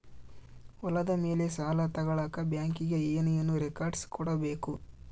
ಹೊಲದ ಮೇಲೆ ಸಾಲ ತಗಳಕ ಬ್ಯಾಂಕಿಗೆ ಏನು ಏನು ರೆಕಾರ್ಡ್ಸ್ ಕೊಡಬೇಕು?